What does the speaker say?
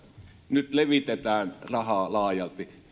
nyt levitetään rahaa laajalti